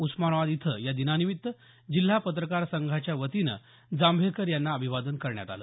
उस्मानाबाद इथं या दिनानिमित्त जिल्हा पत्रकार संघाच्या वतीनं जांभेकर यांना अभिवादन करण्यात आलं